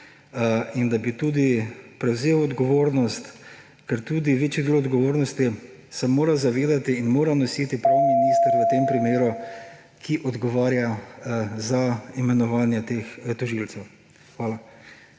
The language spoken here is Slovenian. in da bi tudi prevzel odgovornost. Ker tudi večji del odgovornosti se mora zavedati in mora nositi prav minister v tem primeru, ki odgovarja za imenovanje teh tožilcev. Hvala.